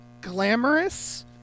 glamorous